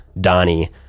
Donnie